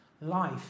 Life